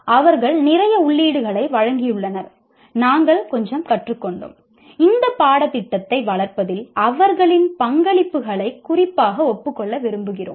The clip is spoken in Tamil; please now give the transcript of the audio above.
அவர்கள் நிறைய உள்ளீடுகளை வழங்கியுள்ளனர் நாங்கள் கொஞ்சம் கற்றுக்கொண்டோம் இந்த பாடத்திட்டத்தை வளர்ப்பதில் அவர்களின் பங்களிப்புகளை குறிப்பாக ஒப்புக் கொள்ள விரும்புகிறோம்